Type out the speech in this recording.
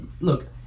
look